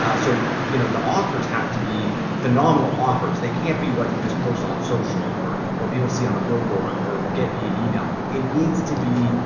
ah so, you know, the offers have to be phenomenal offers. they can't be what you just post on social or what people see on a billboard or get via email. it needs to be,